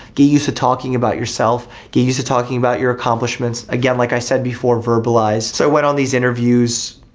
get used to talking about yourself, get used to talking about your accomplishments again, like i said before, verbalize. so i went on these interviews,